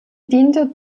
diente